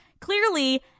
Clearly